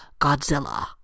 Godzilla